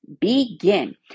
begin